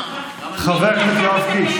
חבר הכנסת יואב קיש